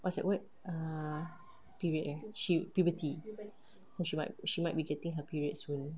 what's that word ah period ah she puberty she might she might be getting her period soon